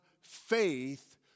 faith